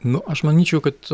nu aš manyčiau kad